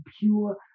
pure